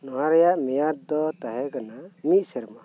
ᱱᱚᱣᱟ ᱨᱮᱭᱟᱜ ᱢᱮᱭᱟᱫᱽ ᱫᱚ ᱛᱟᱦᱮᱸ ᱠᱟᱱᱟ ᱢᱤᱫ ᱥᱮᱨᱢᱟ